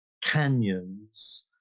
canyons